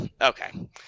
Okay